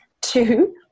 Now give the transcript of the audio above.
two